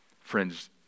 Friends